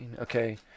Okay